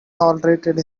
tolerated